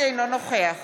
אינו נוכח